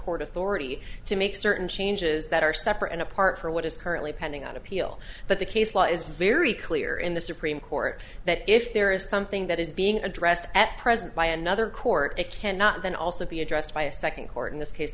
court authority to make certain changes that are separate and apart from what is currently pending on appeal but the case law is very clear in the supreme court that if there is something that is being addressed at present by another court it cannot then also be addressed by a second court in this case